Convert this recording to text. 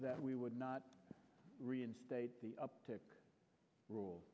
that we would not reinstate the uptick rule